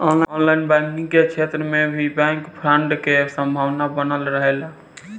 online banking के क्षेत्र में भी बैंक फ्रॉड के संभावना बनल रहेला